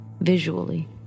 visually